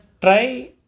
try